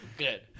Good